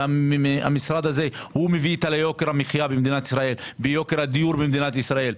המשרד הזה מביא את יוקר המחיה ויוקר הדיור במדינת ישראל.